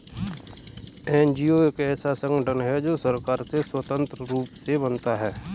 NGO एक ऐसा संगठन है जो सरकार से स्वतंत्र रूप से बनता है